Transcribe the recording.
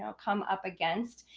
and come up against,